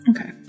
Okay